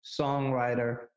songwriter